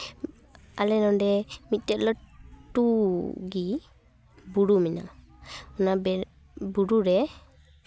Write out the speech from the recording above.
ᱟᱞᱮ ᱱᱚᱰᱮ ᱢᱤᱫᱴᱮᱡ ᱞᱟᱹᱴᱩ ᱜᱮ ᱵᱩᱨᱩ ᱢᱮᱱᱟᱜᱼᱟ ᱚᱱᱟ ᱵᱩᱨᱩ ᱨᱮ